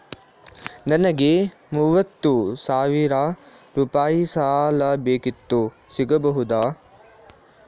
ನನಗೆ ಮೂವತ್ತು ಸಾವಿರ ರೂಪಾಯಿ ಸಾಲ ಬೇಕಿತ್ತು ಸಿಗಬಹುದಾ?